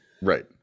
Right